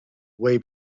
way